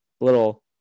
little –